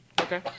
Okay